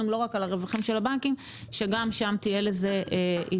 לא רק על הרווחים של הבנקים גם שם תהיה לזה התייחסות.